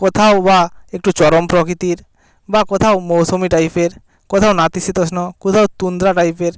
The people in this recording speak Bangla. কোথাও বা একটু চরম প্রকৃতির বা কোথাও মৌসুমী টাইপের কোথাও নাতিশীতোষ্ণ কোথাও তুন্দ্রা টাইপের